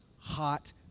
hot